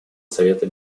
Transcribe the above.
совета